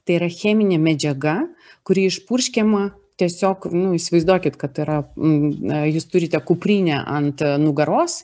tai yra cheminė medžiaga kuri išpurškiama tiesiog nu įsivaizduokit kad yra n jūs turite kuprinę ant nugaros